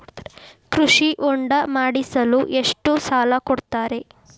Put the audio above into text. ಕೃಷಿ ಹೊಂಡ ಮಾಡಿಸಲು ಎಷ್ಟು ಸಾಲ ಕೊಡ್ತಾರೆ?